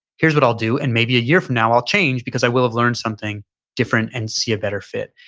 here's what i'll do. and maybe a year from now i'll change because i will have learned something different and see a better fit.